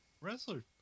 wrestler